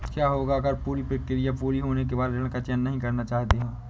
क्या होगा अगर हम पूरी प्रक्रिया पूरी होने के बाद ऋण का चयन नहीं करना चाहते हैं?